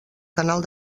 canal